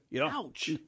Ouch